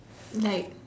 like